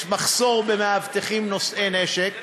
יש מחסור במאבטחים נושאי נשק,